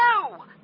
No